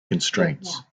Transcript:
constraints